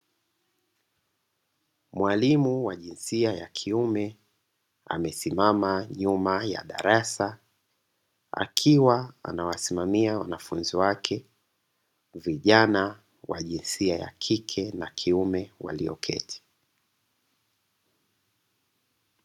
Mwalimu wa jinsia ya kiume amesimama nyuma ya darasa, akiwa anawasimamia wanafunzi wake vijana wa jinsia ya kike na kiume walioketi.